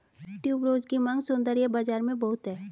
tuberose की मांग सौंदर्य बाज़ार में बहुत है